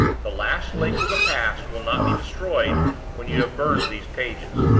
the last link with the past will not be destroyed when you have burned these pages.